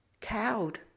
cowed